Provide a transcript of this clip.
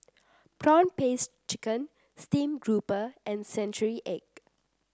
prawn paste chicken Steamed Grouper and Century Egg